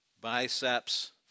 biceps